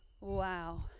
Wow